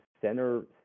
center